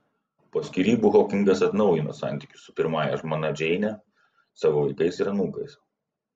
po skyrybų hokingas atnaujino santykius su pirmąja žmona džeine savo vaikais ir anūkais